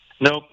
Nope